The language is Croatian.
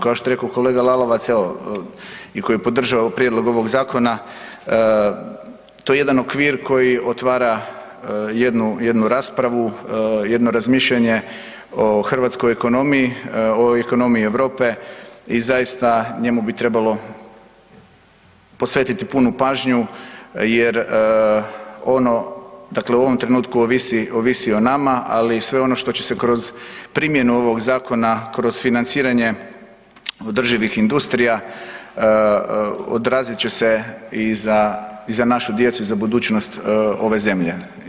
Kao što je rekao kolega Lalovac, evo, i koji je podržao prijedlog ovog zakona, to je jedan okvir koji otvara jednu raspravu, jedno razmišljanje o hrvatskoj ekonomiji, o ekonomiji Europe i zaista njemu bi trebalo posvetiti punu pažnju jer ono dakle u ovom trenutku ovisi o nama, ali sve ono što će se kroz primjenu ovog zakona, kroz financiranje održivih industrija, odrazit će se i za našu djecu i za budućnost ove zemlje.